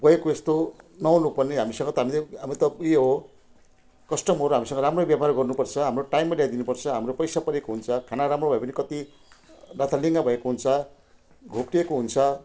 बोयको यस्तो नहुनुपर्ने हामीसँग त हामी त हामी त यी यो हो कस्टमर हो हामीसँग राम्रै व्यवहार गर्नुपर्छ हाम्रो टाइममा ल्याइदिनुपर्छ हाम्रो पैसा परेको हुन्छ खाना राम्रो भए पनि कति लथालिङ भएको हुन्छ घोप्टिएको हुन्छ